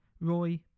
Roy